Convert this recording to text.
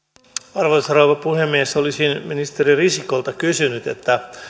arvoisa rouva puhemies olisin ministeri risikolta kysynyt